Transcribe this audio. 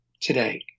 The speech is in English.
today